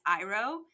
Iro